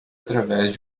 através